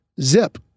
zip